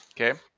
Okay